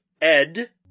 Ed